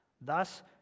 Thus